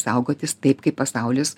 saugotis taip kaip pasaulis